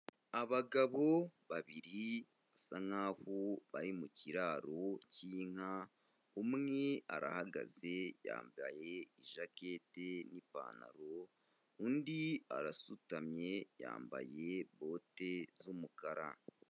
Abagabo babiri basa nkaho bari mu kiraro cy'inka; umwe arahagaze yambaye ijaketi n'ipantaro, undi arasutamye yambaye bote z'umukara.